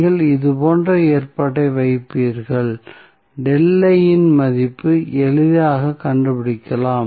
நீங்கள் இது போன்ற ஏற்பாட்டை வைப்பீர்கள் இன் மதிப்பை எளிதாகக் கண்டுபிடிக்கலாம்